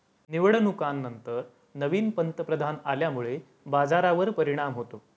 निवडणुकांनंतर नवीन पंतप्रधान आल्यामुळे बाजारावर परिणाम होतो